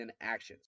actions